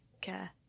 care